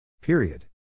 Period